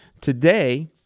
Today